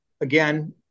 Again